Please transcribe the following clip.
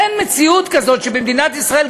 אין מציאות כזאת שבמדינת ישראל,